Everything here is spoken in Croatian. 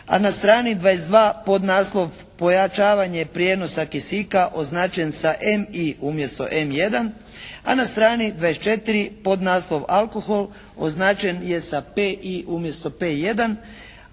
a na strani 22. podnaslov "pojačavanje prijenosa kisika" označen sa "MI" umjesto "M1", a na strani 24. podnaslov "alkohol" označen je sa "PI" umjesto "P1",